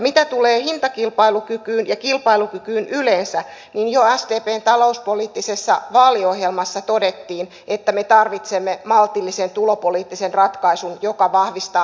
mitä tulee hintakilpailukykyyn ja kilpailukykyyn yleensä niin jo sdpn talouspoliittisessa vaaliohjelmassa todettiin että me tarvitsemme maltillisen tulopoliittisen ratkaisun joka vahvistaa hintakilpailukykyä